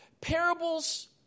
Parables